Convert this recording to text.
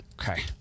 Okay